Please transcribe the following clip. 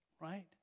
Right